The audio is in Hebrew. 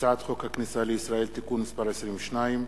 הצעת חוק הכניסה לישראל (תיקון מס' 22),